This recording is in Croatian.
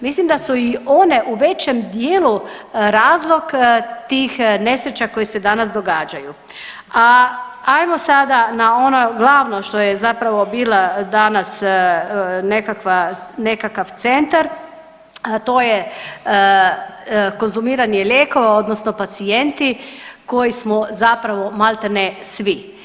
Mislim da su i one u većem dijelu razlog tih nesreća koje se danas događaju, a ajmo sada na ono glavno što je zapravo bila danas nekakva, nekakav centar, a to je konzumiranje lijekova odnosno pacijenti koji smo zapravo malte ne svi.